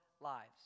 lives